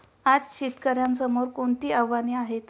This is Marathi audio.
आज शेतकऱ्यांसमोर कोणती आव्हाने आहेत?